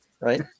Right